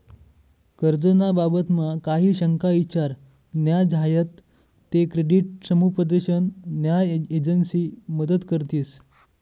कर्ज ना बाबतमा काही शंका ईचार न्या झायात ते क्रेडिट समुपदेशन न्या एजंसी मदत करतीस